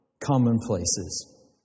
commonplaces